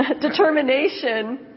determination